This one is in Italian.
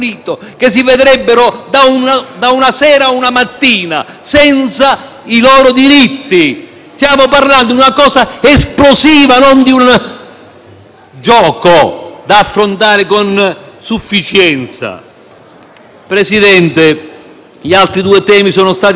Stiamo parlando di una cosa esplosiva, non di un gioco da affrontare con sufficienza. Presidente, gli altri due temi sono stati trattati efficacemente dai colleghi Ferrazzi e Alfieri. Mi spiace